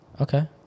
Okay